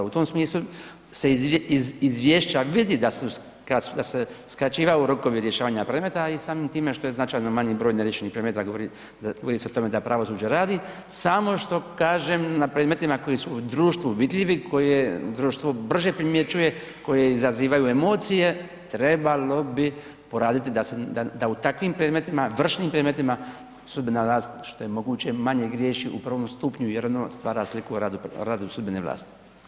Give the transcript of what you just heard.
U tom smislu se iz izvješća vidi da se skraćivaju rokovi rješavanja predmeta, a i samim time što je značajno manji broj neriješenih predmeta govori se o tome da pravosuđe radi, samo što kažem na predmetima koji su u društvu vidljivi, koje društvo brže primjećuje, koje izazivaju emocije trebalo bi poraditi da u takvim predmetima, vršnim predmetima, sudbena vlast što je moguće manje griješi u prvom stupnju jer ono stvara sliku o radu sudbene vlasti.